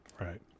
Right